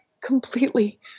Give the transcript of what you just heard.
completely